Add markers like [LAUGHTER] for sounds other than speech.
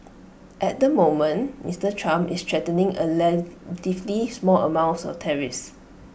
at the moment Mister Trump is threatening A [UNINTELLIGIBLE] small amounts of tariffs